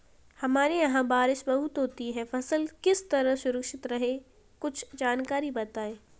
हमारे यहाँ बारिश बहुत होती है फसल किस तरह सुरक्षित रहे कुछ जानकारी बताएं?